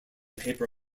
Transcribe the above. paper